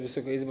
Wysoka Izbo!